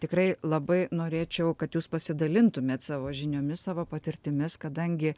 tikrai labai norėčiau kad jūs pasidalintumėt savo žiniomis savo patirtimis kadangi